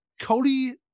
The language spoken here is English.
Cody